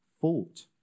Fault